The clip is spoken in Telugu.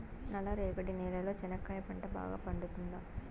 నల్ల రేగడి నేలలో చెనక్కాయ పంట బాగా పండుతుందా?